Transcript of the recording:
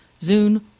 Zune